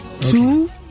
Two